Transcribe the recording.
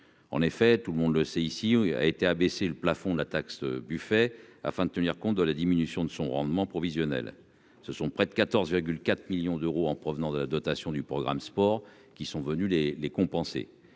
en effet, tout le monde le sait ici, où il a été abaissé le plafond de la taxe Buffet afin de tenir compte de la diminution de son rendement provisionnel, ce sont près de 14 4 millions d'euros en provenant de la dotation du programme Sport qui sont venus les les compenser,